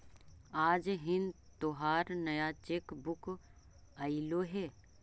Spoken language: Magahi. आज हिन् तोहार नया चेक बुक अयीलो हे